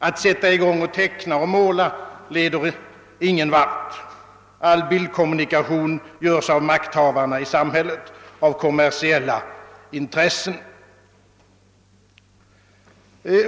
Att sätta i gång och teckna och måla leder ingen vart, all bildkommunikation görs av makthavarna i samhället av kommersiella intressen.